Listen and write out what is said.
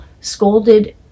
scolded